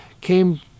came